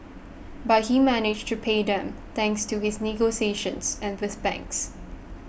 but he managed to pay them thanks to his negotiations and with banks